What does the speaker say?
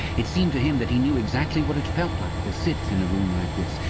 it seemed to him that he knew exactly what it felt like to sit in a room like this,